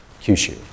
Kyushu